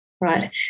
right